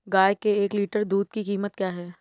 गाय के एक लीटर दूध की कीमत क्या है?